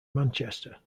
manchester